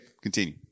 continue